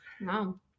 no